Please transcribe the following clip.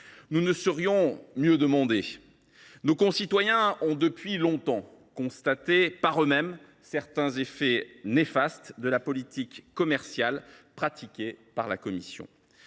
Nous ne saurions mieux demander. Nos concitoyens ont depuis longtemps constaté par eux mêmes certains effets néfastes de la politique commerciale pratiquée par la Commission